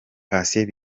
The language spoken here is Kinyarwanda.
patient